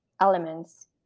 elements